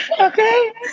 Okay